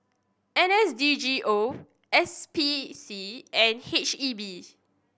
N S D G O S P C and H E B